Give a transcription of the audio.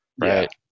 Right